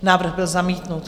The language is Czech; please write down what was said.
Návrh byl zamítnut.